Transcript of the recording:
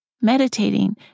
meditating